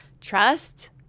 trust